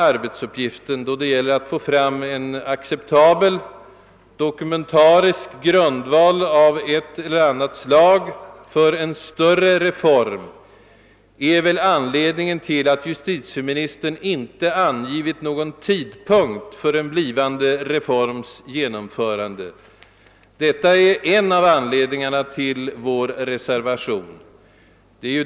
Arbetsuppgiftens bredd då det gäller att inom departementet få fram en acceptabel dokumentarisk grundval av ett eller annat slag för en större reform är väl anledningen till att justitieministern inte angivit någon preciserad tidpunkt för reformens genomförande. Detta är också en av orsakerna till vår reservation.